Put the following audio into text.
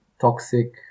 toxic